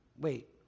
wait